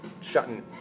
shutting